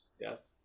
Yes